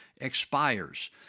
expires